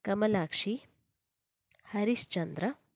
Kamalakshi Harishchandra